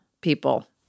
people